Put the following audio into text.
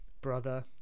brother